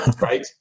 right